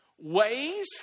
ways